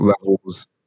levels